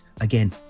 again